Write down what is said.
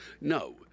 No